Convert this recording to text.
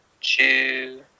two